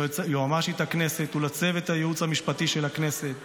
יועמ"שית הכנסת ולצוות הייעוץ המשפטי של הכנסת,